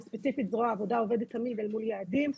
וספציפית זרוע העבודה עובדת תמיד אל מול יעדים.